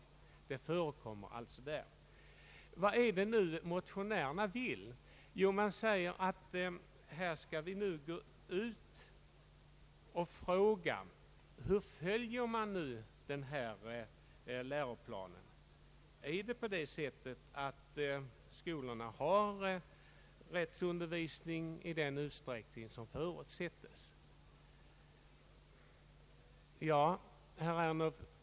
Vad är det nu motionärerna vill? Jo, de säger att riksdagen skall ställa frågan: Hur följs nu den här läroplanen? Har skolorna rättsundervisning i den utsträckning som förutsätts?